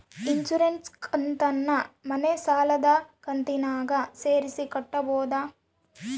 Insurance ಕಂತನ್ನ ಮನೆ ಸಾಲದ ಕಂತಿನಾಗ ಸೇರಿಸಿ ಕಟ್ಟಬೋದ?